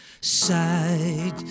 side